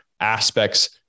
aspects